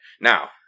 Now